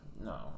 No